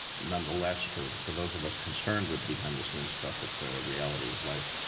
nonetheless, for for those of us concerned with behind the scenes stuff, it's a reality of life.